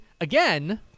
again